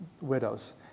widows